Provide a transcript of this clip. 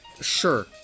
Sure